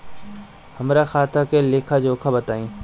हमरा खाता के लेखा जोखा बताई?